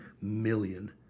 million